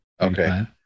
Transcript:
Okay